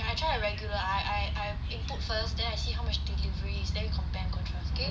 I try a regular I I I input first then I see how much delivery is then compare and contrast okay